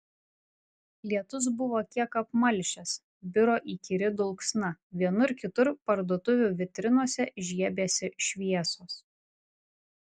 lietus buvo kiek apmalšęs biro įkyri dulksna vienur kitur parduotuvių vitrinose žiebėsi šviesos